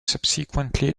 subsequently